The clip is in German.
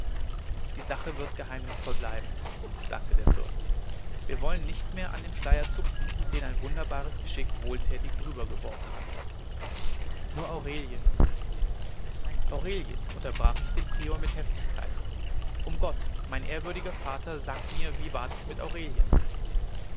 die sache wird geheimnisvoll bleiben sagte der fürst wir wollen nicht mehr an dem schleier zupfen den ein wunderbares geschick wohltätig darübergeworfen hat nur aurelie aurelie unterbrach ich den prior mit heftigkeit um gott mein ehrwürdiger vater sagt mir wie ward es mit aurelien